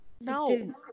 no